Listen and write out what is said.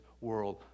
world